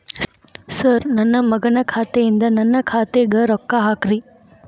sir ನನ್ನ ಮಗನ ಖಾತೆ ಯಿಂದ ನನ್ನ ಖಾತೆಗ ರೊಕ್ಕಾ ಹಾಕ್ರಿ